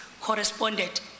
corresponded